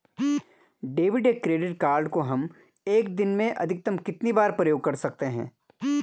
Debit या credit card को हम एक दिन में अधिकतम कितनी बार प्रयोग कर सकते हैं?